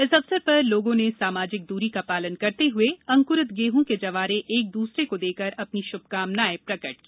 इस अवसर पर लोगो ने सामाजिक द्ररी का पालन करते हुए अंकुरित गेहूं के जवारे एक दूसरे को देकर अपनी शुभकामनाएं प्रकट की